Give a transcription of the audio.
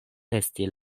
esti